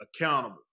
accountable